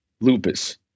lupus